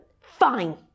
fine